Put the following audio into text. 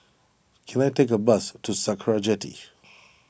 can I take a bus to Sakra Jetty